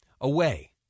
away